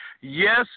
Yes